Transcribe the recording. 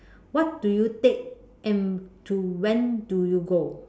what do you take and to when do you go